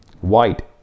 white